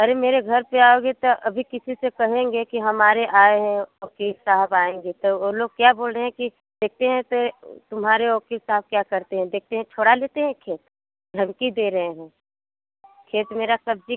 अरे मेरे घर पर आओगे तो अभी किसी से कहेंगे कि हमारे आए हैं ओकील साहब आएंगे तो ओ लोग क्या बोल रहे हैं कि देखते हैं ते तुम्हारे वकील साहब क्या करते हैं देखते हैं छोड़ा लेते हैं खेत धमकी दे रहे हैं खेत मेरा कब्जी